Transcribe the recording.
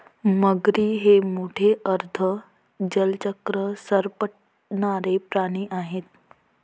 मगरी हे मोठे अर्ध जलचर सरपटणारे प्राणी आहेत